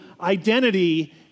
identity